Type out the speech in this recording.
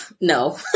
No